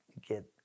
get